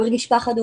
הוא הרגיש פחד,